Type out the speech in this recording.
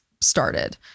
started